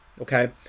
okay